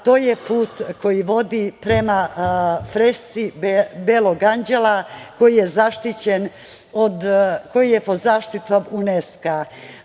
To je put koji vodi prema fresci belog anđela, koji je pod zaštitom UNESKO.